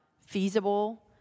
feasible